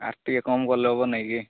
ଆଉ ଟିକେ କମ୍ କଲେ ହେବ ନାହିଁକି